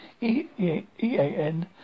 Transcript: E-A-N